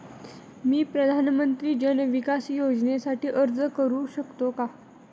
मी प्रधानमंत्री जन विकास योजनेसाठी अर्ज करू शकतो का?